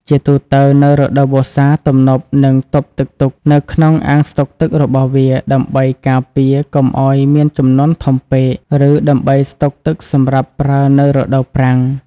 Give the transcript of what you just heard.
ជាទូទៅ នៅរដូវវស្សា ទំនប់នឹងទប់ទឹកទុកនៅក្នុងអាងស្តុកទឹករបស់វា ដើម្បីការពារកុំឱ្យមានជំនន់ធំពេក ឬដើម្បីស្តុកទឹកសម្រាប់ប្រើនៅរដូវប្រាំង។